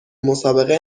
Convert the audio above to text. مسابقه